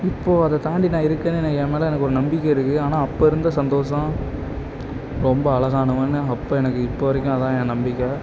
இப்போது அதை தாண்டி நான் இருக்கிறேன்னு என் மேலே எனக்கு ஒரு நம்பிக்கை இருக்குது ஆனால் அப்போ இருந்த சந்தோசம் ரொம்ப அழகானவன்னு அப்போ எனக்கு இப்போ வரைக்கும் அதுதான் என் நம்பிக்கை